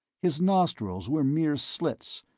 his nostrils were mere slits,